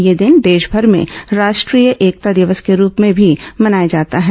ये दिन देशभर में राष्ट्रीय एकता दिवस के रूप में भी मनाया जाता है